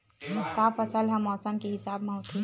का फसल ह मौसम के हिसाब म होथे?